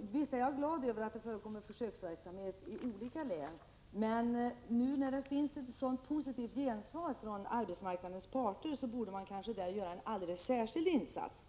Visst är jag glad över att det förekommer försöksverksamhet i flera län. Men nu när det i Värmland finns ett mycket positivt gensvar hos arbetsmarknadens parter borde man kanske där göra en alldeles särskild insats.